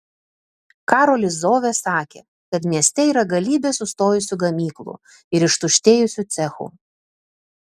karolis zovė sakė kad mieste yra galybė sustojusių gamyklų ir ištuštėjusių cechų